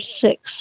six